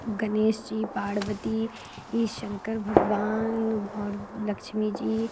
गणेश जी पार्वती ए शंकर भगवान और लक्ष्मी जी